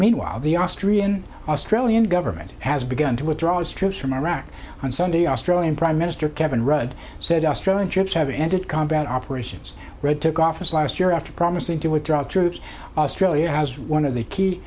meanwhile the austrian australian government has begun to withdraw its troops from iraq on sunday australian prime minister kevin rudd said australian troops have ended combat operations red took office last year after promising to withdraw troops australia has one of the key